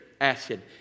acid